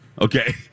Okay